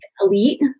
elite